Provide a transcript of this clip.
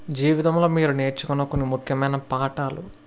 జీవితంలో మీరు నేర్చుకున్న కొన్ని ముఖ్యమైన పాఠాలు